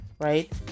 right